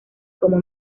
como